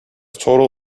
total